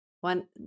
One